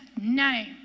name